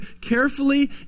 carefully